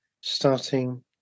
starting